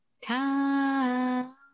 Time